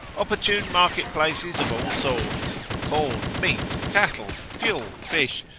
opportune market places of all sorts, for corn, meat, cattle, fuel, fish,